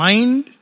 Mind